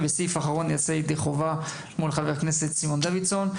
ובסעיף אחרון יצאנו ידי חובה מול חברי כנסת סימון דוידסון.